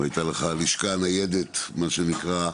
והייתה לך "הלשכה הניידת" מה שנקרא,